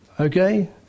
Okay